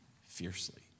fiercely